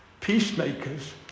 Peacemakers